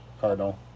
Cardinal